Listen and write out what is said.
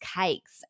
cakes